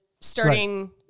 starting